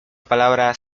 palabra